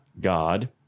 God